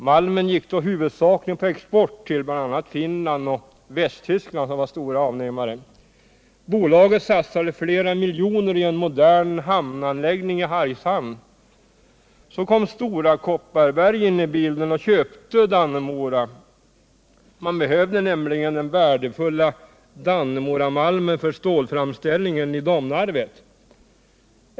Malmen gick då huvudsakligen på export till bl.a. Finland och Västtyskland, som var stora avnämare. Bolaget satsade flera miljoner på en modern hamnanläggning i Hargshamn. Så kom Stora Kopparberg in i bilden och köpte Dannemora. Man behövde nämligen den värdefulla Dannemoramalmen för stålframställningen i Domnarvet.